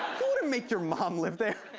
wouldn't make your mom live there.